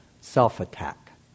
self-attack